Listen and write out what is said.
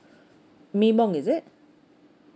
mimong is it